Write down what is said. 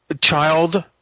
child